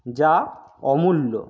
যা অমূল্য